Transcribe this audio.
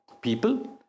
people